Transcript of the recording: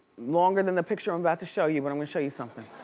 longer than the picture i'm about to show you but i'm gonna show you something.